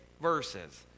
verses